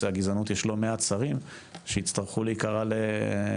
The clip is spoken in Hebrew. הגזענות יש לא מעט שרים שיצטרכו להיקרא לסדר.